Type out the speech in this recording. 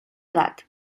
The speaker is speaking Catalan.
gat